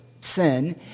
sin